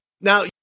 Now